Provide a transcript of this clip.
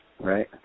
Right